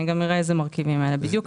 אני גם אראה איזה מרכיבים אלה בדיוק.